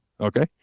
okay